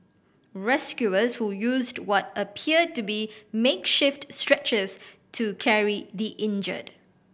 rescuers who used what appeared to be makeshift stretchers to carry the injured